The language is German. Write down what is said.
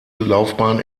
laufbahn